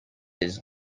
his